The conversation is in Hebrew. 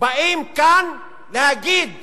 באים כאן להגיד